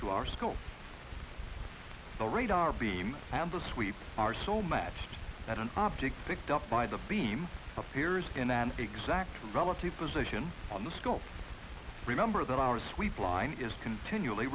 to our school the radar beam abas we are so matched that an object picked up by the beam appears in an exact relative position on the scope remember that our sweep line is continually